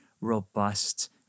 robust